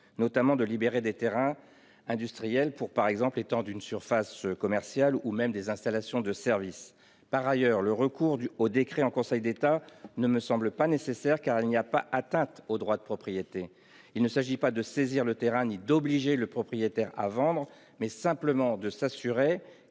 notamment, de libérer de tels terrains industriels pour, par exemple, étendre une surface commerciale, ou même des installations de services. Par ailleurs, le recours au décret en Conseil d'État ne me semble pas nécessaire, car il n'y a pas atteinte au droit de propriété : il s'agit non pas de saisir le terrain ni d'obliger le propriétaire à vendre, mais simplement de s'assurer qu'un industriel